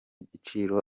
giciro